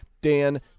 Dan